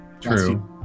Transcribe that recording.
True